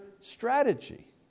strategy